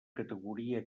categoria